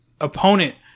opponent